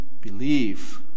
believe